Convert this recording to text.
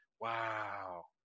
wow